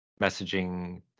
messaging